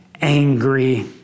angry